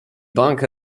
bank